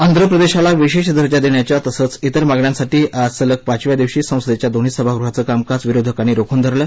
आंध्र प्रदेशाला विशेष दर्जा देण्याच्या तसंच विर मागण्यांसाठी आज सलग पाचव्या दिवशी संसदेच्या दोन्ही सभागृहांच कामकाज विरोधकांनी रोखून धरलं